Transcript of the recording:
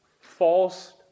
false